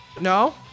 No